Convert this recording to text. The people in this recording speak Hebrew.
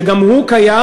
שגם הוא קיים.